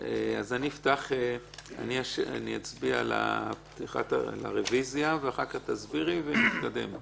אני אצביע על הרוויזיה, ואחר כך תסבירי ונתקדם.